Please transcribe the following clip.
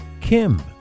Kim